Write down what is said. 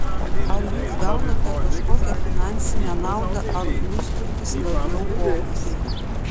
ar jūs gaunate kažkokią finansinę naudą ar blusturgis labiau hobis